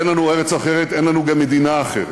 אין לנו ארץ אחרת, אין לנו גם מדינה אחרת.